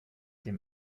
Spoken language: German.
dem